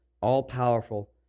all-powerful